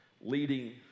leading